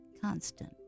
constant